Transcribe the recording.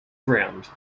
ground